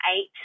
eight